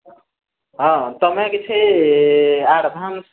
ହଁ ତମେ କିଛି ଆଡ଼ଭାନ୍ସ